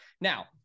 Now